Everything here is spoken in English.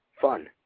fun